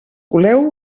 coleu